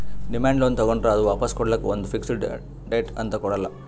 demand loan ತಗೋಂಡ್ರ್ ಅದು ವಾಪಾಸ್ ಕೊಡ್ಲಕ್ಕ್ ಒಂದ್ ಫಿಕ್ಸ್ ಡೇಟ್ ಅಂತ್ ಕೊಡಲ್ಲ